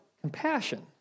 compassion